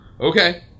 okay